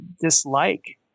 dislike